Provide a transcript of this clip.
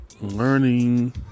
learning